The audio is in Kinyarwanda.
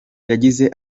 yagize